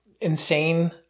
insane